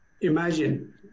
Imagine